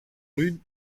rude